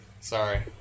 Sorry